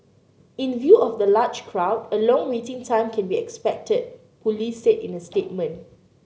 in view of the large crowd a long waiting time can be expected police said in a statement